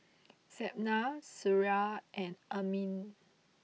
Zaynab Suria and Amrin